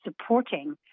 supporting